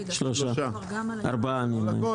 ארבעה נמנעים.